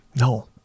No